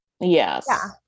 Yes